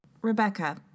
Rebecca